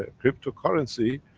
ah cryptocurrency,